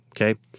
okay